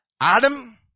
Adam